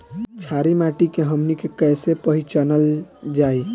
छारी माटी के हमनी के कैसे पहिचनल जाइ?